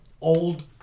old